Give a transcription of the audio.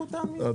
אנחנו תמיד פה.